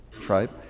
tribe